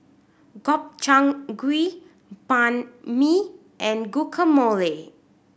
Gobchang Gui Banh Mi and Guacamole